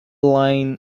line